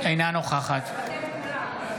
אינה נוכחת מטי צרפתי הרכבי,